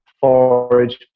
forage